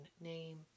name